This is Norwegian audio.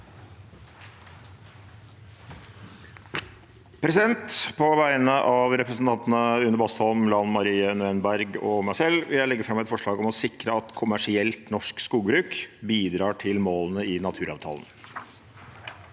På vegne av re- presentantene Une Bastholm, Lan Marie Nguyen Berg og meg selv vil jeg legge fram et forslag om å sikre at kommersielt norsk skogbruk bidrar til målene i naturavtalen.